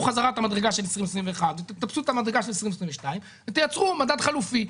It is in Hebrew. חזרה את המדרגה של 2021 ותאפסו את המדרגה של 2022 ותייצרו מדד חלופי.